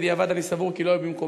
בדיעבד אני סבור כי הם לא היו במקומם,